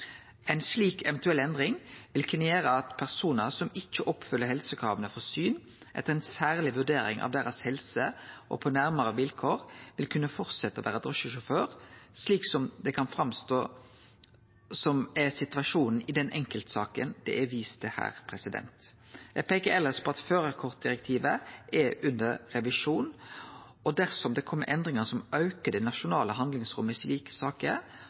slik eventuell endring vil kunne gjere at personar som ikkje oppfyller helsekrava for syn, etter ei særleg vurdering av helsa deira og på nærare vilkår vil kunne fortsetje å vere drosjesjåfør, slik som det kan sjå ut til at situasjonen er i den enkeltsaka det er vist til her. Eg peiker elles på at førarkortdirektivet er under revisjon. Dersom det kjem endringar som aukar det nasjonale handlingsrommet i slike saker,